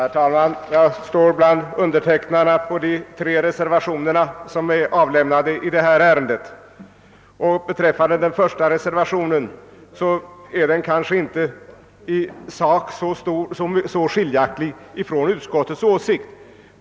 Herr talman! Jag står bland undertecknarna av de tre reservationer som är avlämnade i detta ärende. Reservationen I är kanske inte i sak så skiljaktig från utskottets förslag.